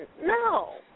No